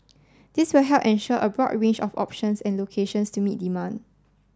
this will help ensure a broad range of options and locations to meet demand